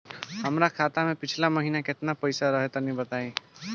हमरा खाता मे पिछला महीना केतना पईसा रहे तनि बताई?